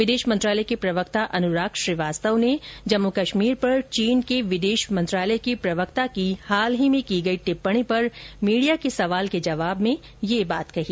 विदेश मंत्रालय के प्रवक्ता अनुराग श्रीवास्तव ने जम्मू कश्मीर पर चीन के विदेश मंत्रालय के प्रवक्ता की हाल में की गई टिप्पणी पर मीडिया के सवाल के जवाब में यह बात कही